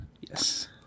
Yes